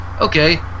okay